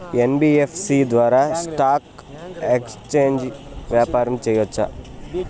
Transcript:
NBFC ద్వారా stock exchange వ్యాపారం సేయొచ్చా?